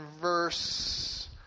verse